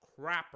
crapper